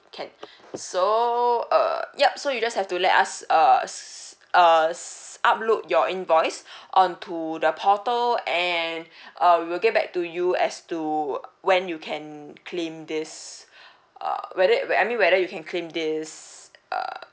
can so uh yup so you just have to let us uh see err upload your invoice onto the portal and uh we will get back to you as to when you can claim this uh whether it I mean whether you can claim this uh